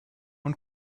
und